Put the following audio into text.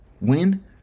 win